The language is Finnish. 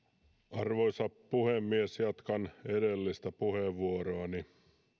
arvoisa puhemies jatkan edellistä puheenvuoroani